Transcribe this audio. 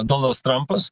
donaldas trampas